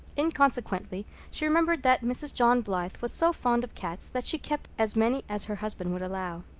inconsequently she remembered that mrs. john blythe was so fond of cats that she kept as many as her husband would allow.